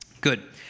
Good